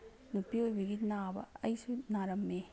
ꯅꯨꯄꯤꯑꯣꯏꯕꯤꯒꯤ ꯅꯥꯕ ꯑꯩꯁꯨ ꯅꯥꯔꯝꯃꯦ